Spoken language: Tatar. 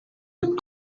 бик